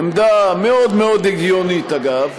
עמדה מאוד מאוד הגיונית, אגב,